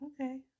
Okay